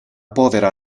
povera